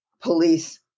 police